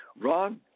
Ron